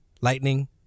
lightning